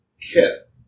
Kit